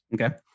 Okay